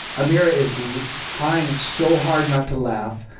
amiira is trying so hard not to laugh,